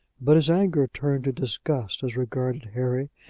but his anger turned to disgust as regarded harry,